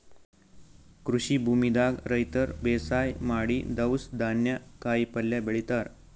ಕೃಷಿ ಭೂಮಿದಾಗ್ ರೈತರ್ ಬೇಸಾಯ್ ಮಾಡಿ ದವ್ಸ್ ಧಾನ್ಯ ಕಾಯಿಪಲ್ಯ ಬೆಳಿತಾರ್